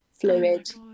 fluid